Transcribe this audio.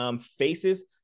faces